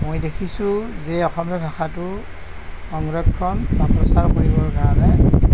মই দেখিছোঁ যে অসমীয়া ভাষাটো সংৰক্ষণ বা প্ৰচাৰ কৰিবৰ কাৰণে